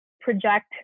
project